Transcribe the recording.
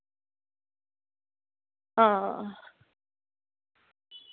आं